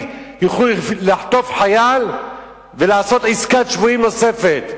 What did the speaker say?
יוכלו לחטוף חייל ולעשות עסקת שבויים נוספת,